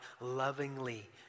lovingly